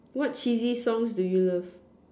what cheesy songs do you love